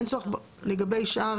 אין צורך לגבי השאר,